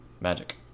magic